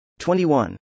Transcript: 21